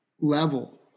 level